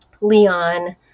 Leon